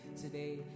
today